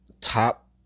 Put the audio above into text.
top